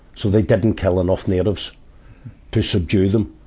so they didn't kill enough natives to subdue them.